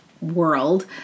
world